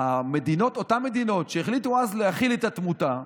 אותן מדינות שהחליטו אז להכיל את התמותה,